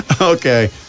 okay